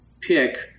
pick